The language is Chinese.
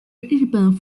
日本